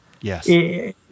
Yes